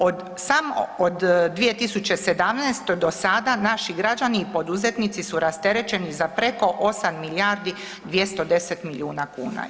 Od samo od 2017. do sada naši građani i poduzetnici su rasterećeni za preko 8 milijardi 210 milijuna kuna.